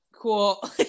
Cool